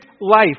life